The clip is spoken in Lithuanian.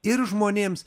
ir žmonėms